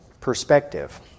perspective